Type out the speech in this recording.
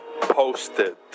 Posted